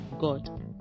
god